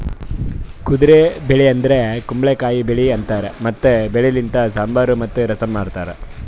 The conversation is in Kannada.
ಕುದುರೆ ಬೆಳಿ ಅಂದುರ್ ಕುಂಬಳಕಾಯಿ ಬೆಳಿ ಅಂತಾರ್ ಮತ್ತ ಬೆಳಿ ಲಿಂತ್ ಸಾಂಬಾರ್ ಮತ್ತ ರಸಂ ಮಾಡ್ತಾರ್